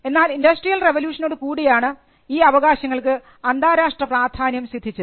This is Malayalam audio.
എന്നാൽ ഇൻഡസ്ട്രിയൽ റവല്യൂഷനോടുകൂടിയാണ് ഈ അവകാശങ്ങൾക്ക് അന്താരാഷ്ട്ര പ്രാധാന്യം സിദ്ധിച്ചത്